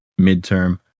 midterm